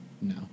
No